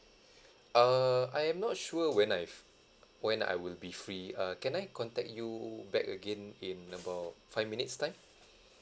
err I am not sure when I f~ when I will be free uh can I contact you back again in about five minutes time